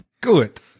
Good